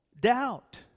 doubt